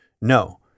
No